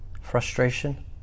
frustration